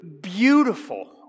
beautiful